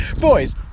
Boys